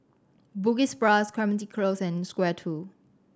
Bugis Plus Clementi Close and Square Two